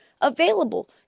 available